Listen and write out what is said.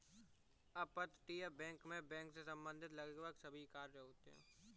अपतटीय बैंक मैं बैंक से संबंधित लगभग सभी कार्य होते हैं